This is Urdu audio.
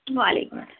وعلیکم السلام